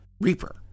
Reaper